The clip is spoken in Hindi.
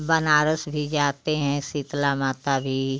बनारस भी जाते हैं शीतला माता भी